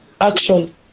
action